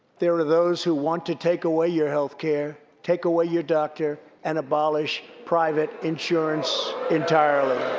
there are those who want to take away your healthcare, take away your doctor, and abolish private insurance entirely.